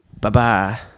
Bye-bye